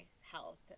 health